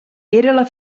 era